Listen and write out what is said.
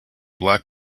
black